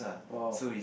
!wow!